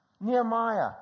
Nehemiah